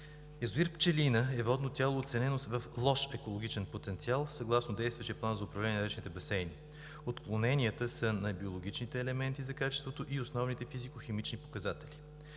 Язовир „Пчелина“ е водно тяло, оценено с лош екологичен потенциал съгласно действащия план за управление на речните басейни. Отклоненията са на биологичните елементи за качеството и основните физико-химични показатели.